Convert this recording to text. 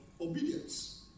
obedience